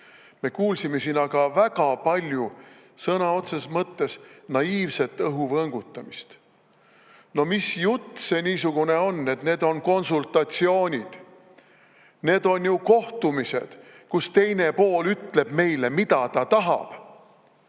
Me kuulsime siin aga väga palju sõna otseses mõttes naiivset õhu võngutamist. No mis jutt see niisugune on, et need on konsultatsioonid? Need on ju kohtumised, kus teine pool ütleb meile, mida ta tahab